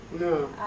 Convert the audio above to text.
No